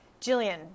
Jillian